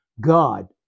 God